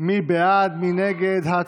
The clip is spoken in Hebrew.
מי בעד ומי נגד הסתייגות לחלופין א'?